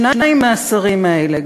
ושני השרים האלה,